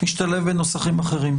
שישתלבו בנוסחים אחרים.